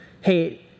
Hey